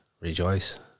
rejoice